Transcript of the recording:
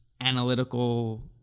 analytical